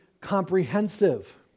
comprehensive